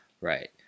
Right